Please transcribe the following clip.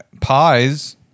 pies